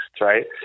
right